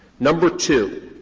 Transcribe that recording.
number two,